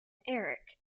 eric